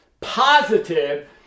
positive